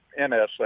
nsa